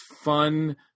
fun